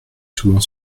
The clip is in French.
souvent